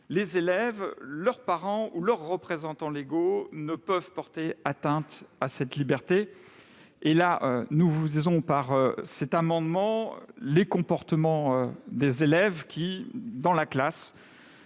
Les élèves, leurs parents ou leurs représentants légaux ne peuvent porter atteinte à cette liberté. » Nous visons les comportements des élèves qui, dans la classe,